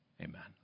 Amen